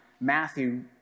Matthew